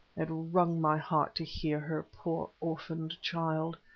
it wrung my heart to hear her, poor orphaned child.